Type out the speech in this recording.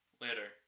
Later